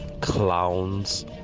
clowns